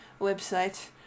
website